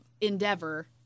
endeavor